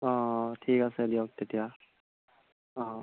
অঁ ঠিক আছে দিয়ক তেতিয়া অঁ